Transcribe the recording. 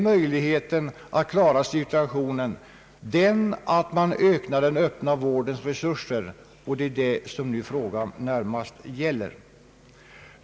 Möjligheten att klara situationen är att man ökar den öppna vårdens resurser, och det är detta som frågan nu närmast gäller.